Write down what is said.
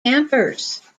campers